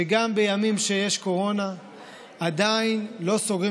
שגם בימים שיש קורונה עדיין לא סוגרים